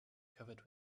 covered